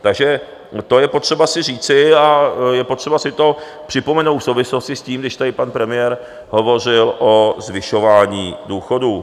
Takže to je potřeba si říci a je potřeba si to připomenout souvislosti s tím, když tady pan premiér hovořil o zvyšování důchodů.